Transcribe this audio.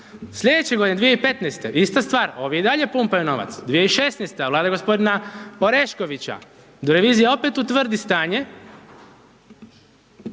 slijedeće godine 2015. ista stvar, ovi dalje pumpaju novac, 2016. vlada gospodina Oreškovića, onda revizija opet utvrdi stanje